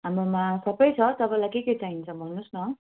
हाम्रोमा सबै छ तपाईँलाई के के चाहिन्छ भन्नुहोस् न